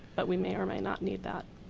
but we may or may not need that.